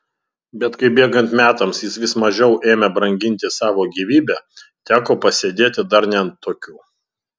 bet kai bėgant metams jis vis mažiau ėmė branginti savo gyvybę teko pasėdėti dar ne ant tokių